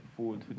forward